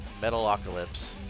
Metalocalypse